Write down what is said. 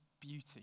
beauty